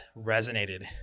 resonated